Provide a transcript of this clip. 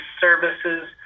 services